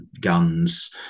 guns